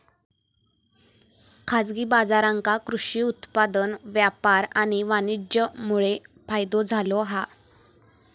खाजगी बाजारांका कृषि उत्पादन व्यापार आणि वाणीज्यमुळे फायदो झालो हा